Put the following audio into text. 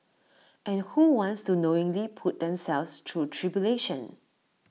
and who wants to knowingly put themselves through tribulation